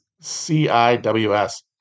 C-I-W-S